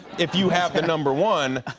if you have the number one,